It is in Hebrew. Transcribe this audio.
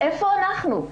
איפה אנחנו?